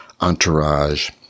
entourage